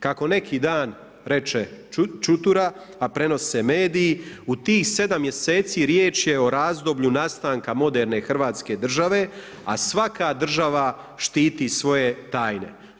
Kako neki dan reče Čutura a prenose mediji u tih 7 mjeseci riječ je o razdoblju nastanka moderne Hrvatske države a svaka država štiti svoje tajne.